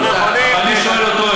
אבל אני שואל אותו,